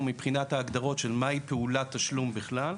או מבחינת ההגדרות של מהי פעולת תשלום בכלל.